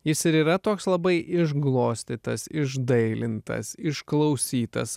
jis ir yra toks labai išglostytas išdailintas išklausytas